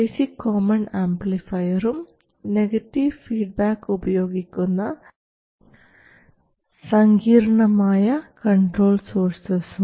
basic common source ആംപ്ലിഫയറും negative feedback ഉപയോഗിക്കുന്ന സങ്കീർണമായ കൺട്രോൾ സോഴ്സസും